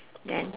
then